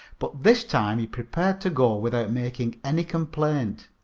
but this time he prepared to go without making any complaint,